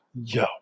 Yo